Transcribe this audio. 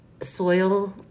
soil